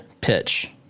pitch